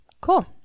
Cool